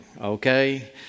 okay